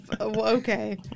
okay